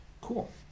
Cool